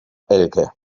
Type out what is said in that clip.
elke